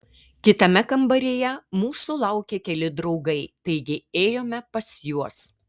kitame kambaryje mūsų laukė keli draugai taigi ėjome pas juos